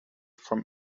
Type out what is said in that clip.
from